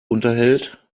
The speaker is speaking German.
unterhält